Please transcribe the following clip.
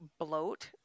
bloat